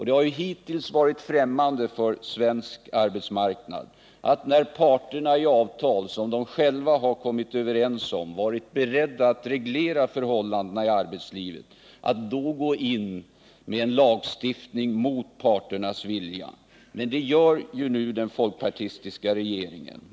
Det har hittills varit främmande för svensk arbetsmarknad att när parterna i avtal, som de själva kommit överens om, varit beredda att reglera förhållanden i arbetslivet gå in med en lagstiftning mot parternas vilja. Det gör nu den folkpartistiska regeringen.